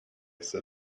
said